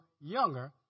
younger